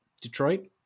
Detroit